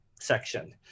section